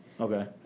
Okay